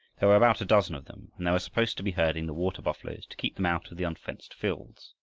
there were about a dozen of them, and they were supposed to be herding the water-buffaloes to keep them out of the unfenced fields.